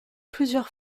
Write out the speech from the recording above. plusieurs